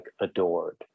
adored